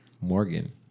Morgan